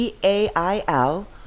DAIL